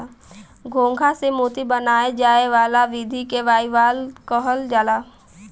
घोंघा से मोती बनाये जाए वाला विधि के बाइवाल्वज कहल जाला